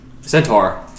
Centaur